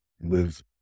Live